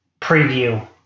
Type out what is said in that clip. preview